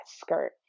skirt